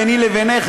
ביני לבינך,